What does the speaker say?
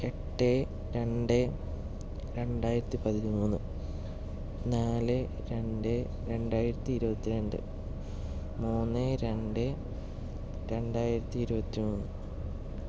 എട്ട് രണ്ട് രണ്ടായിരത്തി പതിമൂന്ന് നാല് രണ്ട് രണ്ടായിരത്തിയിരുപത്തി രണ്ട് മൂന്ന് രണ്ട് രണ്ടായിരത്തിയിരുപത്തി മൂന്ന്